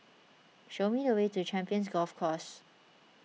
show me the way to Champions Golf Course